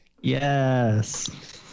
Yes